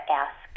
ask